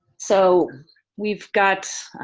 so we've got,